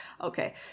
Okay